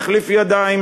יחליף ידיים